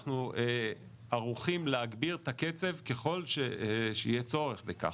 אנחנו ערוכים להגביר את הקצב ככל שיהיה צורך בכך.